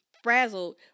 Frazzled